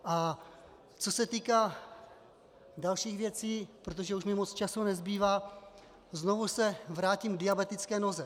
A co se týká dalších věcí, protože už mi moc času nezbývá, znovu se vrátím k diabetické noze.